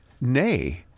Nay